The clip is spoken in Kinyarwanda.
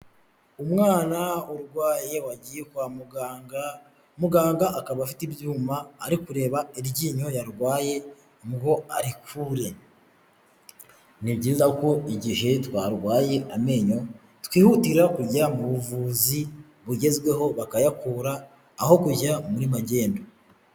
Umwana urwaye wagiye kwa muganga, muganga akaba afite ibyuma ari kureba iryinyo yarwaye ngo arekure ni byiza ko igihe twarwaye amenyo twihutira kujya mu buvuzi bugezweho bakayakura aho kujya muri magendu.